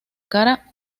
cara